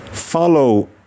follow